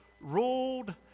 ruled